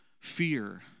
fear